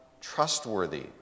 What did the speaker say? trustworthy